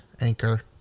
Anchor